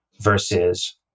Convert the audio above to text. versus